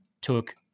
took